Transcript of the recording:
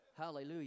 Hallelujah